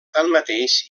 tanmateix